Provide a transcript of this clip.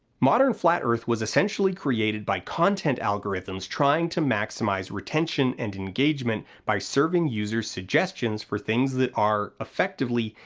modern flat earth was essentially created by content algorithms trying to maximize retention and engagement by serving users suggestions for things that are, effectively,